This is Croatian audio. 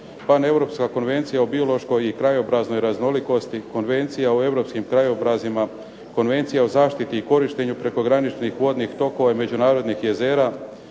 europska konvencija o biološkoj i krajobraznoj raznolikosti, Konvencija o europskim krajobrazima, Konvencija o zaštiti i korištenju prekograničnih vodnih tokova i međunarodnih jezera,